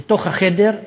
לתוך החדר,